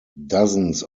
dozens